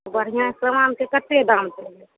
बढ़िऑं समानके कतेक दाम छै